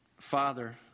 Father